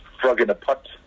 frog-in-a-pot